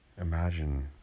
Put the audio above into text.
imagine